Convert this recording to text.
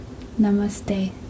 Namaste